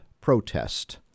protest